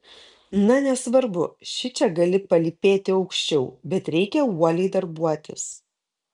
na nesvarbu šičia gali palypėti aukščiau bet reikia uoliai darbuotis